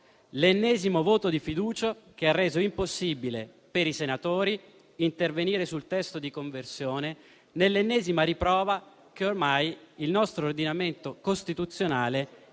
l'ennesimo voto di fiducia che ha reso impossibile per i senatori intervenire sul testo di conversione, nell'ennesima riprova che ormai il nostro ordinamento costituzionale